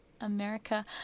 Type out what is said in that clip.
america